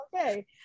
okay